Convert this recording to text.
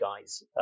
guys